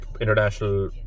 international